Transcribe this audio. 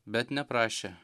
bet neprašė